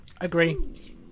agree